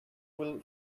will